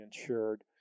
insured